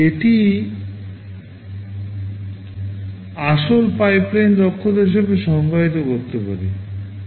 এটি আসল পাইপলাইন দক্ষতা হিসাবে সংজ্ঞায়িত করতে পারি